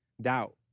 Doubt